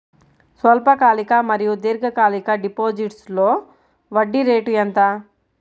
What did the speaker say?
స్వల్పకాలిక మరియు దీర్ఘకాలిక డిపోజిట్స్లో వడ్డీ రేటు ఎంత?